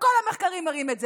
וכל המחקרים מראים את זה?